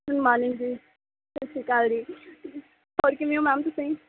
ਰੁਮਾਨੀ ਜੀ ਸਤਿ ਸ਼੍ਰੀ ਅਕਾਲ ਜੀ ਹੋਰ ਕਿਵੇਂ ਓਂ ਮੈਮ ਤੁਸੀਂ